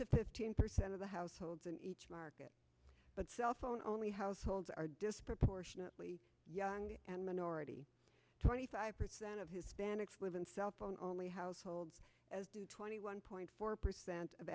to fifteen percent of the households in each market but cellphone only households are disproportionately young and minority twenty five percent of hispanics live in cellphone only households as do twenty one point four percent of